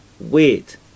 wait